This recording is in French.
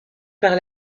par